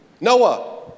Noah